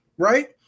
Right